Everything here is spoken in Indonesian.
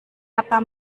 apa